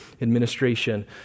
administration